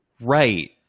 right